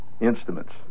instruments